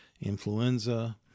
influenza